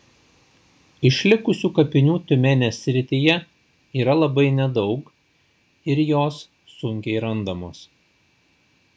išlikusių kapinių tiumenės srityje yra labai nedaug ir jos sunkiai randamos